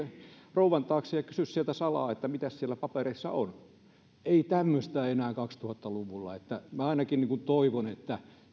rouvan taakse ja kysy sieltä salaa että mitäs siellä papereissa on ei tämmöistä enää kaksituhatta luvulla minä ainakin toivon että